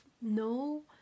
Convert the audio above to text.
No